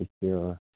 secure